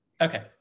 Okay